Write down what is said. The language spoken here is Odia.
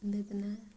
ବେଦେନା